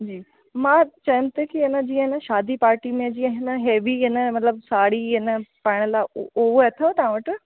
जी मां चवन था की ईअं न जीअं न शादी पार्टी में जीअं हिन हैवी आहे न मतिलबु साड़ी आहे न पाइण लाइ उहा अथव तव्हां वटि